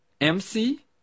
MC